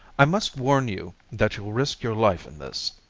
i must warn you that you'll risk your life in this,